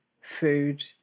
food